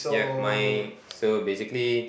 yeah my so basically